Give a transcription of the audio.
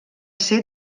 ser